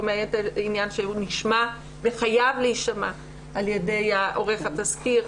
זה לא מאיין את העניין שהוא נשמע וחייב להישמע על ידי עורך התסקיר,